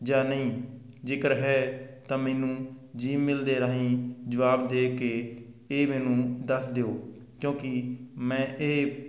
ਜਾਂ ਨਹੀਂ ਜੇਕਰ ਹੈ ਤਾਂ ਮੈਨੂੰ ਜੀਮੇਲ ਦੇ ਰਾਹੀਂ ਜਵਾਬ ਦੇ ਕੇ ਇਹ ਮੈਨੂੰ ਦੱਸ ਦਿਓ ਕਿਉਂਕਿ ਮੈਂ ਇਹ